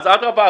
אדרבה.